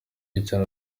ugiye